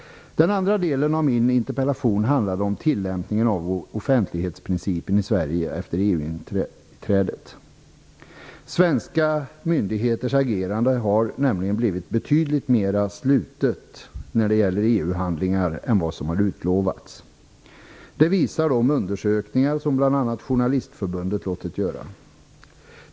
Den andra delen av min interpellation handlar om tillämpningen av offentlighetsprincipen i Sverige efter EU-inträdet. Svenska myndigheters agerande har nämligen blivit betydligt mer slutet när det gäller EU-handlingar än vad som har utlovats. Det visar de undersökningar som bl.a. Journalistförbundet låtit göra.